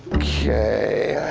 okay,